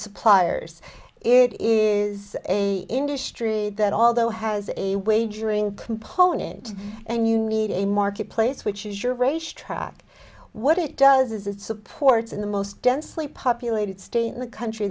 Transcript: suppliers it is a industry that although has a wagering component and you need a market place which is your racetrack what it does is it supports in the most densely populated state in the country